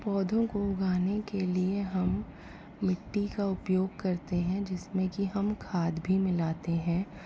पौधों को उगाने के लिए हम मिट्टी का उपयोग करते हैं जिसमें कि हम खाद भी मिलाते हैं